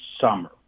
summer